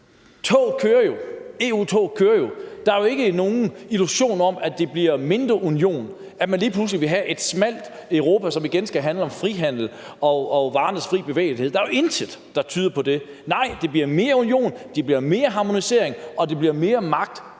Toget kører jo, EU-toget kører jo, og der er ikke nogen illusion om, at der bliver mindre union, at man lige pludselig vil have et smalt Europa, som igen skal handle om frihandel og varernes fri bevægelighed. Der er intet, der tyder på det. Nej, det bliver mere union, det bliver mere harmonisering, og det bliver mere magt